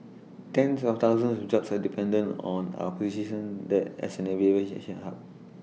tens of thousands of jobs are dependent on our position that as an aviation shame hub